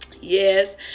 Yes